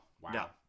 wow